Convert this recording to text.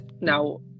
Now